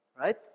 Right